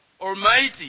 Almighty